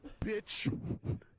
Bitch